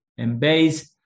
Embase